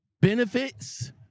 benefits